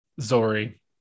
Zori